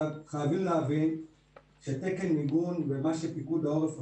חייבים להבין שתקן מיגון ומה שפיקוד העורף עושה,